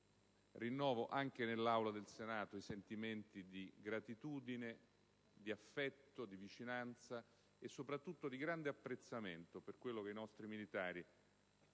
rinnovo anche nell'Aula del Senato i sentimenti di gratitudine, di affetto, di vicinanza e soprattutto di grande apprezzamento per quello che i nostri militari